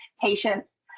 patients